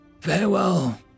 Farewell